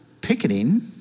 picketing